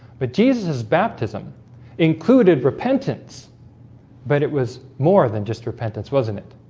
but jesus's baptism included repentance but it was more than just repentance wasn't it?